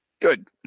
good